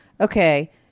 Okay